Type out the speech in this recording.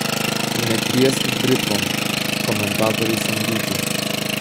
netrieskit britvom komentatoriai samdyti